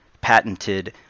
patented